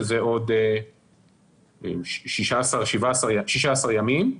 שזה עוד 16 ימים,